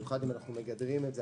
במיוחד אם אנחנו מגדרים את זה,